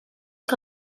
que